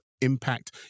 impact